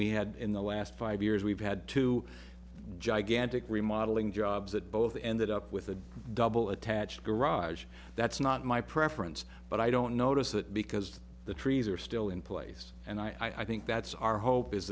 we had in the last five years we've had two gigantic remodeling jobs that both ended up with a double attached garage that's not my preference but i don't notice that because the trees are still in place and i think that's our hope is